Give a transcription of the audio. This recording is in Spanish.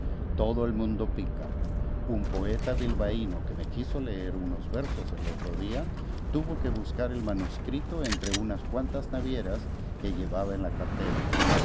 todo el mundo pica un poeta bilbaíno que me quiso leer unos versos el otro día tuvo que buscar el manuscrito entre unas cuantas navieras que llevaba en la cartera